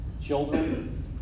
children